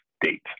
date